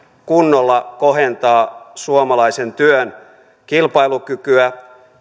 kunnolla kohentaa suomalaisen työn kilpailukykyä